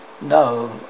No